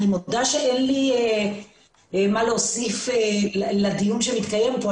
אני מודה שאין לי מה להוסיף לדיון שמתקיים כאן.